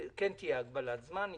הפרויקטים הללו אושרו בלי הגבלת זמן.